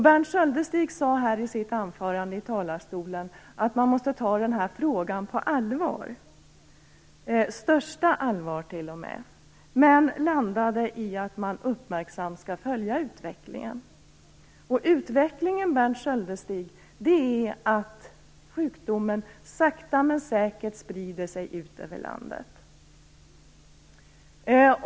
Berndt Sköldestig sade i sitt anförande i talarstolen att man måste ta den här frågan på största allvar. Men han landade i att man uppmärksamt skall följa utvecklingen. Utvecklingen, Berndt Sköldestig, är att sjukdomen sakta men säkert sprider sig över landet.